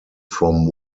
from